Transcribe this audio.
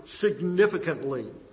significantly